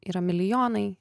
yra milijonai